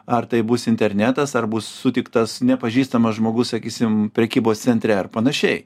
ar tai bus internetas ar bus sutiktas nepažįstamas žmogus sakysim prekybos centre ar panašiai